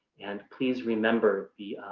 and please remember the